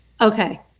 okay